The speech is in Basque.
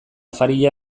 afaria